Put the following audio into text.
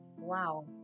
wow